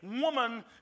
woman